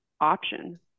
option